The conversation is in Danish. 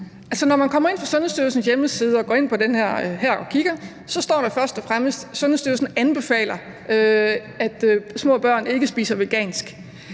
når man kommer ind på Sundhedsstyrelsens hjemmeside og kigger, står der først og fremmest her, at Sundhedsstyrelsen anbefaler, at små børn ikke spiser vegansk.